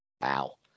Wow